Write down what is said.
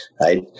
Right